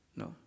no